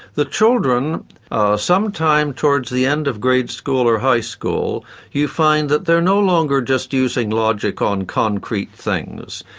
the children sometime towards the end of grade school or high school you find that they're no longer just using logic on concrete things,